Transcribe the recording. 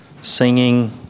singing